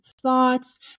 thoughts